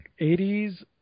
80s